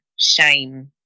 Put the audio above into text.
shame